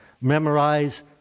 memorize